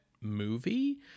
movie